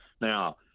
Now